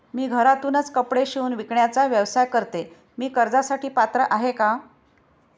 मी घरातूनच कपडे शिवून विकण्याचा व्यवसाय करते, मी कर्जासाठी पात्र आहे का?